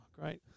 great